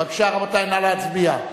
בבקשה, רבותי, נא להצביע.